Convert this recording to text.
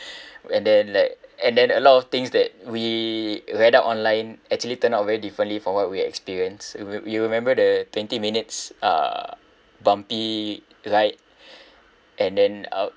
and then like and then a lot of things that we read up online actually turned out very differently for what we experienced we you remember the twenty minutes uh bumpy ride and then out